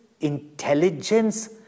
intelligence